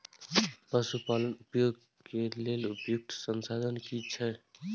पशु पालन उद्योग के लेल उपयुक्त संसाधन की छै?